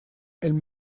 elle